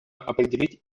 определить